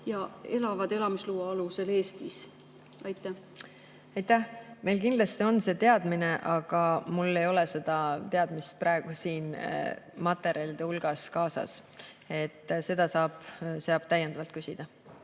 ja elavad elamisloa alusel Eestis? Aitäh! Meil kindlasti on see teadmine, aga mul ei ole seda teadmist praegu siin materjalide hulgas kaasas. Seda saab täiendavalt küsida.